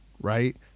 right